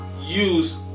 use